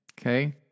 Okay